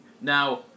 Now